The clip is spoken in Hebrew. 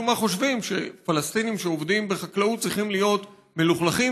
משום מה חושבים שפלסטינים שעובדים בחקלאות צריכים להיות מלוכלכים,